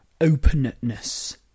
openness